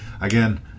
Again